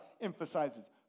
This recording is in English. emphasizes